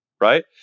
right